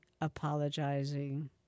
apologizing